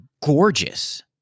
gorgeous